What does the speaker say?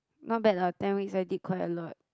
not bad lah ten weeks I did quite a lot